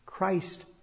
Christ